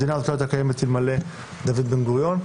המדינה הזאת לא הייתה קיימת אלמלא דוד בן-גוריון,